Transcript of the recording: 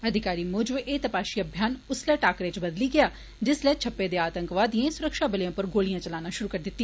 अधिकारी मूजब एह तपाश अभिशन उस्सले टाकरे च बदली गेआ जिस्सलै छप्पे दे आतंकवादिएं सुरक्षाबलें उप्पर गोलियां चलाना शुरु करी दिता